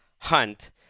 Hunt